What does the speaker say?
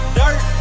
dirt